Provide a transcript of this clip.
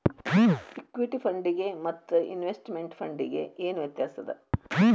Equity ಫಂಡಿಗೆ ಮತ್ತ investment ಫಂಡಿಗೆ ಏನ್ ವ್ಯತ್ಯಾಸದ?